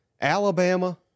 Alabama